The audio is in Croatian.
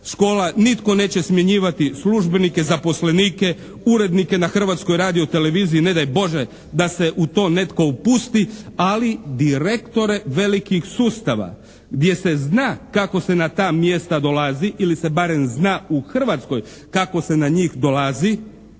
škola, nitko neće smjenjivati službenike, zaposlenike, urednike na Hrvatskoj radio-televiziji, ne daj Bože da se u to netko upusti, ali direktore velikih sustava gdje se zna kako se na ta mjesta dolazi ili se barem zna u Hrvatskoj kako se na njih dolazi